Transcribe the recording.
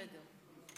בסדר?